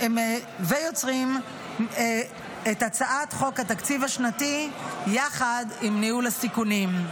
ויוצרים את הצעת חוק התקציב השנתי יחד עם ניהול הסיכונים.